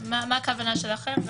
מה הכוונה שלכם?